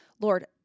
Lord